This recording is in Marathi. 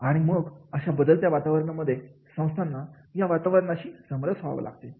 आणि मग अशा बदलत्या वातावरणामध्ये संस्थांना या वातावरणाची समरस व्हावे लागते